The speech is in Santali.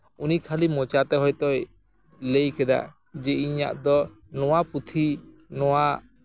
ᱩᱱᱤ ᱠᱷᱟᱹᱞᱤ ᱢᱚᱪᱟᱛᱮ ᱦᱚᱭᱛᱳᱭ ᱞᱟᱹᱭ ᱠᱮᱫᱟ ᱡᱮ ᱤᱧᱟᱹᱜ ᱫᱚ ᱱᱚᱣᱟ ᱯᱩᱛᱷᱤ ᱱᱚᱣᱟ